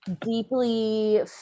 deeply